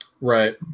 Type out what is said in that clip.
right